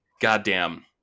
goddamn